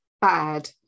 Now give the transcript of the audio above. bad